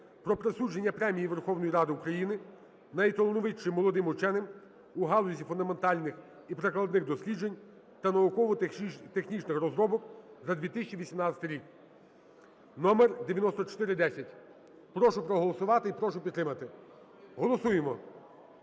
про присудження Премії Верховної Ради України найталановитішим молодим ученим у галузі фундаментальних і прикладних досліджень та науково-технічних розробок за 2018 рік (№ 9410). Прошу проголосувати і прошу підтримати. Голосуємо!